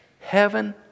Heaven